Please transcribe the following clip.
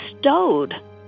stowed